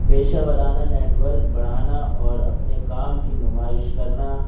پیشہ وارانہ نیٹورک بڑھانا اور اپنے کام کی نمائش کرنا